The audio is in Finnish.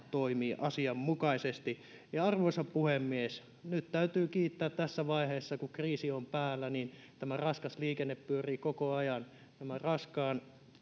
toimii asianmukaisesti arvoisa puhemies täytyy kiittää tässä vaiheessa kun kriisi on päällä että tämä raskas liikenne pyörii koko ajan nämä raskaan